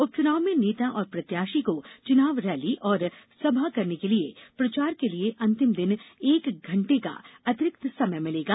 उपच्चनाव में नेता और प्रत्याशी को चुनावी रैली और सभा करने के लिए प्रचार के लिए अंतिम दिन एक घण्टे का अतिरिक्त समय मिलेगा